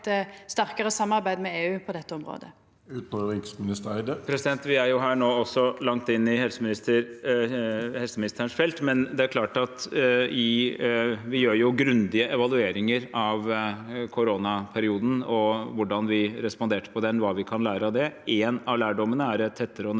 sterkare samarbeid med EU på dette området. Utenriksminister Espen Barth Eide Nå er vi langt inne i helseministerens felt, men det er klart at vi gjør grundige evalueringer av koronaperioden, hvordan vi responderte på den, og hva vi kan lære av det. En av lærdommene er et tettere og nærmere